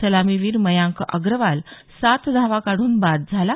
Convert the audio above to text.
सलामीवीर मयांक अग्रवाल सात धावाकाढून बाद झाला आहे